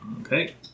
Okay